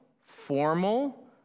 formal